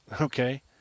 Okay